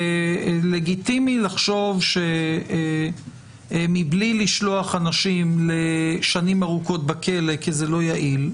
לגיטימי לחשוב שמבלי לשלוח אנשים לשנים ארוכות בכלא כי זה לא יעיל,